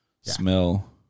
Smell